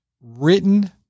written